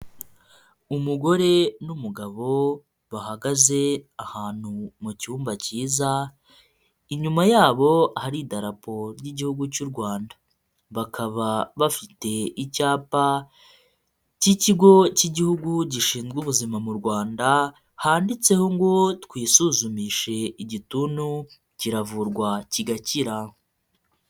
Umugore n'umugabo bahagaze ahantu mu cyumba cyiza, inyuma yabo hari idarapo ry'igihugu cy'u Rwanda, bakaba bafite icyapa cy'ikigo cy'igihugu gishinzwe ubuzima mu Rwanda handitseho ngo twisuzumishe igituntu kiravurwa kigakira.